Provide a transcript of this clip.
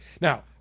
Now